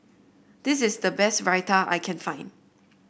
this is the best Raita I can find